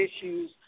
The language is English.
issues